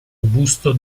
robusto